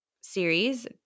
series